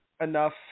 enough